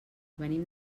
venim